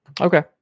Okay